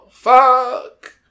Fuck